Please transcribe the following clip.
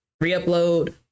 re-upload